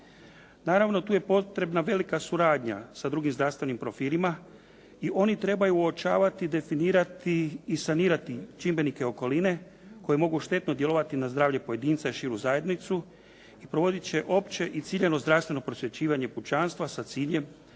Naravno tu je potrebna velika suradnja sa drugim zdravstvenim profilima i oni trebaju uočavati, definirati i sanirati čimbenike okoline koji mogu štetno djelovati na zdravlje pojedinca i širu zajednicu i provodit će opće i ciljano zdravstveno prosvjećivanje pučanstva sa ciljem